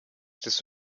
des